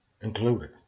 included